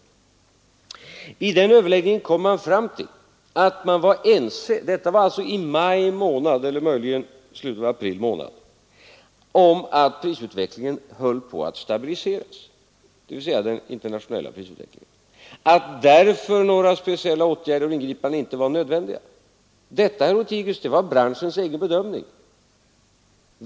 I denna överläggning kom man fram till att man var ense om att den internationella prisutvecklingen höll på att stabiliseras och att därför några speciella åtgärder och ingripanden inte var nödvändiga. Detta, herr Lothigius, var branschens egen bedömning.